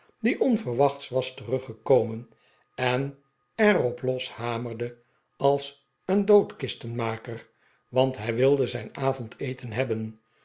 die onverwachts was teruggekomen en er op los hamerde als een doodkistenmaker want hij wilde zijn avondeten hebben